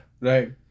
Right